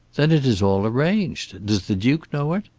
then it is all arranged. does the duke know it?